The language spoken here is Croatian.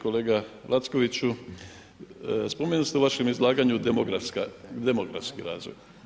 Kolega Lackoviću, spomenuli ste u vašem izlaganju demografski razvoj.